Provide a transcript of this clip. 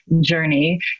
journey